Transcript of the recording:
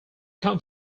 come